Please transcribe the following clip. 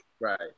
right